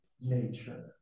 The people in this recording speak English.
nature